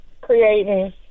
creating